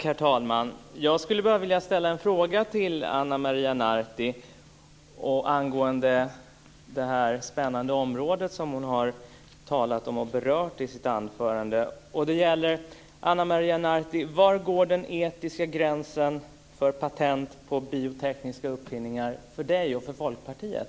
Herr talman! Jag skulle vilja ställa en fråga till Ana Maria Narti angående det spännande område som hon har berört i sitt anförande. Var går den etiska gränsen för patent på biotekniska uppfinningar för Ana Maria Narti och Folkpartiet?